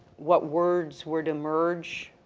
what words would emerge